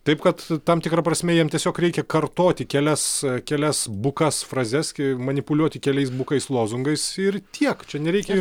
taip kad tam tikra prasme jiem tiesiog reikia kartoti kelias kelias bukas frazes kai manipuliuoti keliais bukais lozungais ir tiek čia nereikia